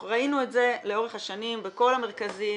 אנחנו ראינו את זה לאורך השנים בכל המרכזים.